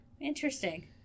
Interesting